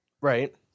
right